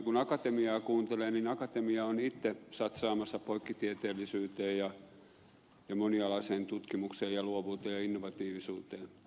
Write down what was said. kun akatemiaa kuuntelee niin akatemia on itse satsaamassa poikkitieteellisyyteen ja monialaiseen tutkimukseen ja luovuuteen ja innovatiivisuuteen